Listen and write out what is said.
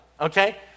okay